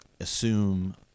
assume